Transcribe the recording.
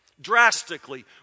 Drastically